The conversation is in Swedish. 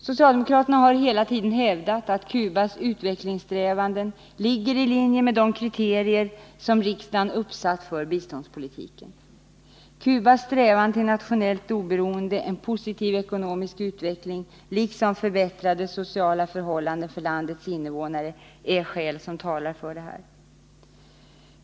Socialdemokraterna har hela tiden hävdat att Cubas utvecklingssträvanden ligger i linje med de kriterier som riksdagen satt upp för biståndspolitiken. Cubas strävan till nationellt oberoende och en positiv ekonomisk utveckling, liksom förbättrade sociala förhållanden för landets innevånare, är skäl som talar för detta.